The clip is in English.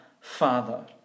Father